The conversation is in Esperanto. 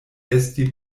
esti